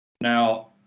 now